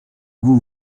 vous